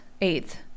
eighth